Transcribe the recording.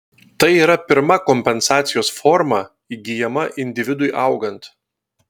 tai yra pirma kompensacijos forma įgyjama individui augant